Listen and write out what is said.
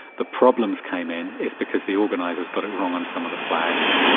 the problems came in, is because the organisers got it wrong on some of the flags.